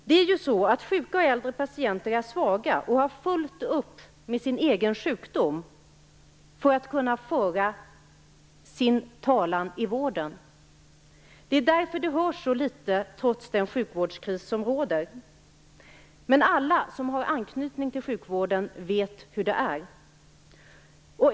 Det är ju så att sjuka och äldre patienter är svaga och har alltför fullt upp med sina egna sjukdomar för att kunna föra sin talan inom vården. Det är därför de hörs så litet trots den sjukvårdskris som råder. Men alla som har anknytning till sjukvården vet hur det är.